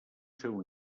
seu